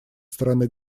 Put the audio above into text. стороны